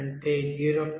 30